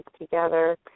together